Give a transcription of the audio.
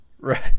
Right